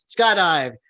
skydive